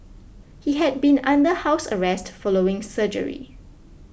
he had been under house arrest following surgery